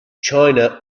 china